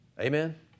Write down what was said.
Amen